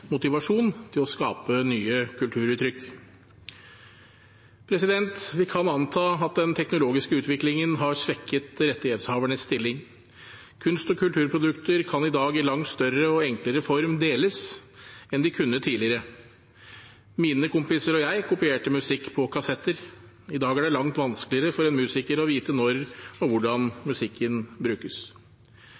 motivasjon til å skape nye kulturuttrykk. Vi kan anta at den teknologiske utviklingen har svekket rettighetshavernes stilling. I dag kan kunst- og kulturprodukter deles i langt større og enklere form enn de kunne tidligere. Mine kompiser og jeg kopierte musikk på kassetter. I dag er det langt vanskeligere for en musiker å vite når og hvordan musikken brukes.